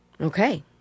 Okay